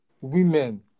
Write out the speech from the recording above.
women